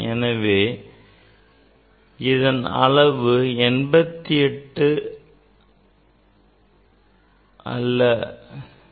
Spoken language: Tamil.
எனவே இதன் அளவு 88 அல்ல 0